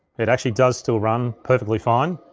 it actually does still run perfectly fine.